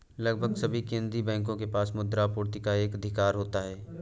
लगभग सभी केंदीय बैंकों के पास मुद्रा आपूर्ति पर एकाधिकार होता है